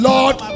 Lord